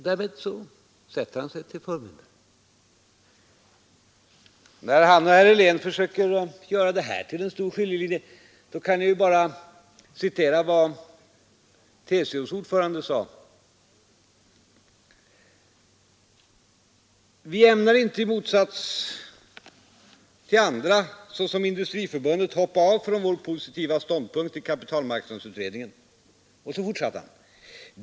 Därmed sätter han sig som förmyndare. När herr Antonsson och herr Helén försöker göra detta till en stor skiljelinje kan jag bara citera vad TCO:s ordförande sagt: Vi ämnar inte — i motsats till andra, såsom Industriförbundet — hoppa av från vår positiva ståndpunkt i kapitalmarknadsutredningen.